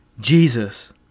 Jesus